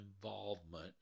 involvement